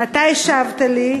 ואתה השבת לי,